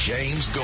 James